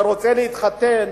שרוצה להתחתן,